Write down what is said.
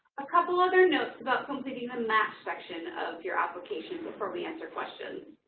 a couple other notes about completing the match section of your application before we answer questions.